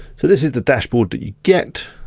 so this is the dashboard that you get